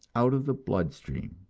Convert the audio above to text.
out of the blood-stream.